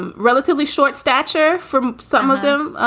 um relatively short stature from some of them.